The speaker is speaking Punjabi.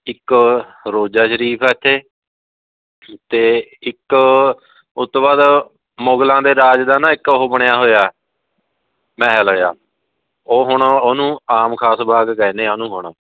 ਇੱਕ ਰੋਜ਼ਾ ਸ਼ਰੀਫ ਹੈ ਇੱਥੇ ਅਤੇ ਇੱਕ ਉਸ ਤੋਂ ਬਾਅਦ ਮੁਗਲਾਂ ਦੇ ਰਾਜ ਦਾ ਨਾ ਇੱਕ ਉਹ ਬਣਿਆ ਹੋਇਆ ਮਹਿਲ ਜਿਹਾ ਉਹ ਹੁਣ ਉਹਨੂੰ ਆਮ ਖਾਸ ਬਾਗ ਕਹਿਦੇ ਹਾਂ ਉਹਨੂੰ ਹੁਣ